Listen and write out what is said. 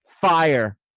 fire